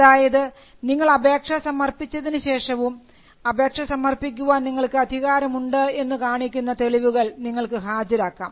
അതായത് നിങ്ങൾ അപേക്ഷ സമർപ്പിച്ചതിനു ശേഷവും അപേക്ഷ സമർപ്പിക്കുവാൻ നിങ്ങൾക്ക് അധികാരം ഉണ്ട് എന്ന് കാണിക്കുന്ന തെളിവുകൾ നിങ്ങൾക്ക് ഹാജരാക്കാം